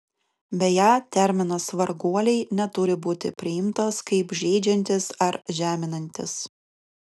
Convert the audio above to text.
beje terminas varguoliai neturi būti priimtas kaip žeidžiantis ar žeminantis